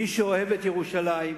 מי שאוהב את ירושלים,